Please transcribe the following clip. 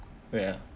ya